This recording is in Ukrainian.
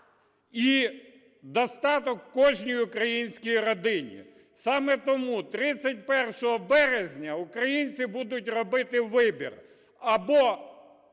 і достаток в кожній українській родині. Саме тому 31 березня українці будуть робити вибір: або